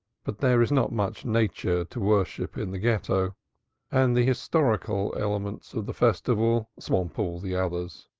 but there is not much nature to worship in the ghetto and the historical elements of the festival swamp all the others.